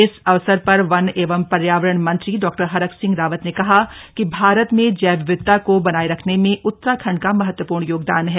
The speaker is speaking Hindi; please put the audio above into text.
इस अवसर परवन एवं पर्यावरण मंत्री डॉ हरक सिंह रावत ने कहा कि भारत में जैव विविधता को बनाये रखने में उतराखण्ड का महत्वपूर्ण योगदान है